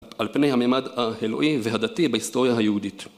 על פני המימד האלוהי והדתי בהיסטוריה היהודית.